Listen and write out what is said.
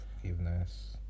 forgiveness